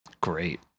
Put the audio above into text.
great